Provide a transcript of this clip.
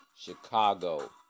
Chicago